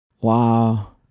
Wow